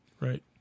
Right